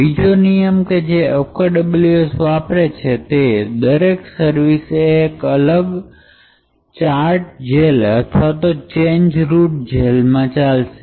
બીજો નિયમ કે જે OKWS વાપરે છે તે દરેક સર્વિસ એ એક અલગ ચાર્ટ જેલ અથવા ચેન્જ રૂટ જેલ માં ચાલશે